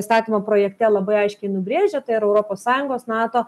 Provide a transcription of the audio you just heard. įstatymo projekte labai aiškiai nubrėžę tai ir europos sąjungos nato